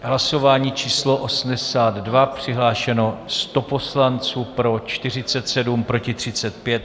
Hlasování číslo 82, přihlášeno 100 poslanců, pro 47, proti 35.